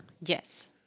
Yes